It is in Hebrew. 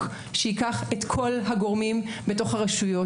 שייקח את כל הגורמים בתוך הרשויות.